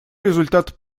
результат